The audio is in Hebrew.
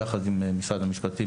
יחד עם משרד המשפטים,